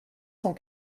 cent